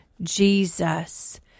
Jesus